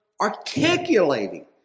articulating